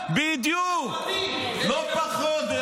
לא פחות.